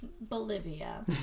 Bolivia